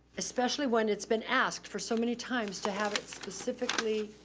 especially when it's been asked for so many times to have it specifically